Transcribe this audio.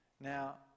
Now